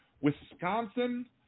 Wisconsin